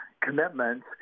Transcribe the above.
commitments